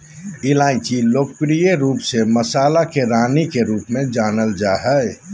इलायची लोकप्रिय रूप से मसाला के रानी के रूप में जानल जा हइ